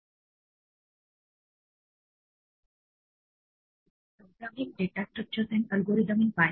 जेव्हा आपल्या प्रोग्राममध्ये काही गोष्टी चुकीच्या ठरतात तेव्हा काय करायचे ते बघूया